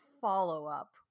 follow-up